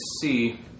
see